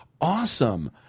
Awesome